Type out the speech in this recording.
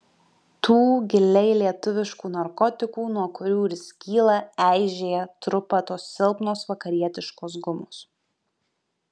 tų giliai lietuviškų narkotikų nuo kurių ir skyla eižėja trupa tos silpnos vakarietiškos gumos